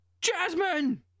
Jasmine